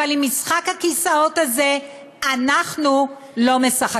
אבל במשחק הכיסאות הזה אנחנו לא משחקים.